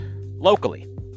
locally